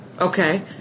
Okay